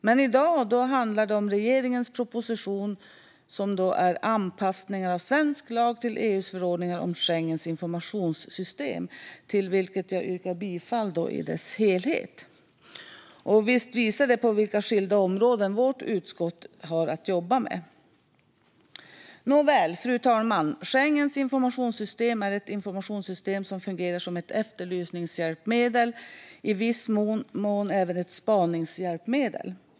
Men i dag handlar det om regeringens proposition om anpassningar av svensk lag till EU:s förordningar om Schengens informationssystem, till vilken jag yrkar bifall i dess helhet. Detta visar vilka skilda områden vårt utskott har att jobba med. Fru talman! Schengens informationssystem är ett informationssystem som fungerar som ett efterlysningshjälpmedel och, i viss mån, som ett spaningshjälpmedel.